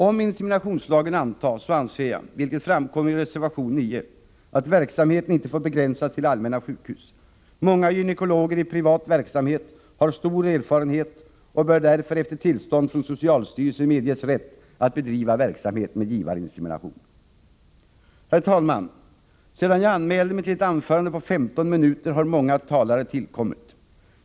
Om inseminationslagen antas, så anser jag — vilket framkommer i reservation 9 — att verksamheten inte får begränsas till allmänna sjukhus. Många gynekologer i privat verksamhet har stor erfarenhet och bör därför efter tillstånd från socialstyrelsen medges rätt att bedriva verksamhet med givarinsemination. Herr talman! Sedan jag anmälde mig till ett anförande på 15 minuter har många talare tillkommit.